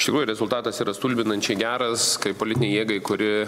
iš tikrųjų rezultatas yra stulbinančiai geras kaip politinei jėgai kuri